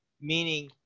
meaning